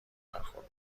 برخورد